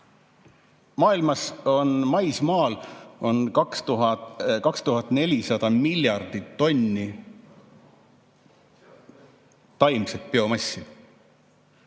Maailmas on maismaal 2400 miljardit tonni taimset biomassi